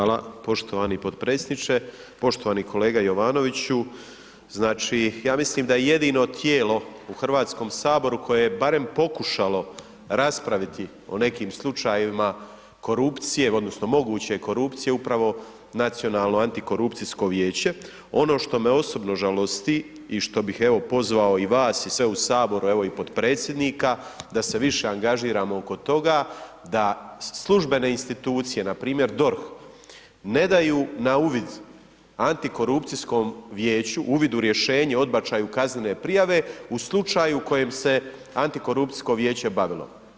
Hvala poštovani podpredsjedniče, poštovani kolega Jovanoviću, znači ja mislim da je jedino tijelo u Hrvatskom saboru koje je barem pokušalo raspraviti o nekim slučajevima korupcije odnosno moguće korupcije upravo Nacionalno antikorupcijsko vijeće ono što me osobno žalosti i što bih evo pozvao i vas i sve u saboru evo i podpredsjednika da se više angažiramo oko toga, da službene institucije npr. DORH ne daju na uvid antikorupcijskom vijeću, uvid u rješenje o odbačaju kaznene prijave u slučaju u kojem se antikorupcijsko vijeće bavilo.